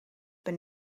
but